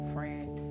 Friend